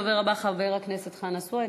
הדובר הבא, חבר הכנסת חנא סוייד.